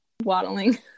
waddling